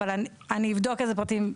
אבל אני אבדוק איזה פרטים,